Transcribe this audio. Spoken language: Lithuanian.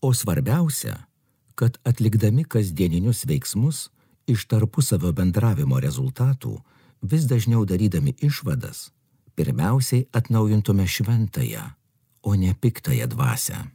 o svarbiausia kad atlikdami kasdieninius veiksmus iš tarpusavio bendravimo rezultatų vis dažniau darydami išvadas pirmiausiai atnaujintume šventąją o ne piktąją dvasią